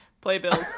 Playbills